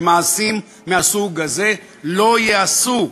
שמעשים מהסוג הזה לא ייעשו,